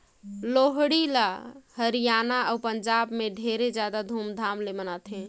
लोहड़ी ल हरियाना अउ पंजाब में ढेरे जादा धूमधाम ले मनाथें